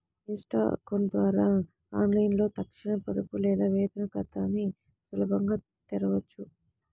Insta account ద్వారా ఆన్లైన్లో తక్షణ పొదుపు లేదా వేతన ఖాతాని సులభంగా తెరవొచ్చు